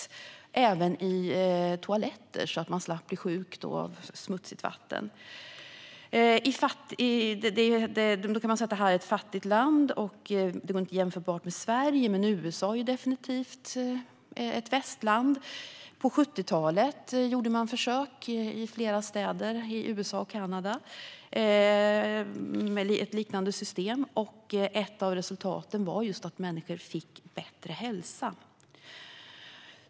De kunde även investera i toaletter så att de slapp bli sjuka av smutsigt vatten. Då kan vi förstås säga att Indien är ett fattigt land och att det inte är jämförbart med Sverige. Men USA är definitivt ett västland, och på 70talet gjorde man försök i flera städer i USA och Kanada med ett liknande system. Ett av resultaten var just att människor fick bättre hälsa.